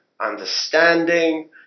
understanding